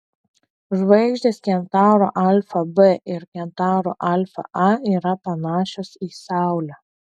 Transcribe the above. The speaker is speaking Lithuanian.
žvaigždės kentauro alfa b ir kentauro alfa a yra panašios į saulę